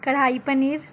کڑھائی پنیر